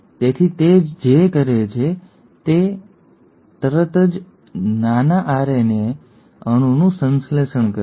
તેથી તે જે કરે છે તે છે આ વાંચે છે તરત જ નાના આરએનએ અણુનું સંશ્લેષણ કરે છે